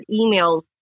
emails